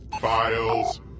Files